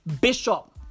bishop